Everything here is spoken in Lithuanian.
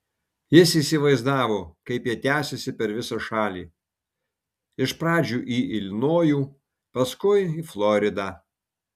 jis įsivaizdavo kaip jie tęsiasi per visą šalį iš pradžių į ilinojų paskui į floridą